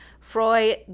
Froy